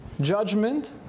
judgment